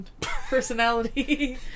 Personality